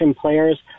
players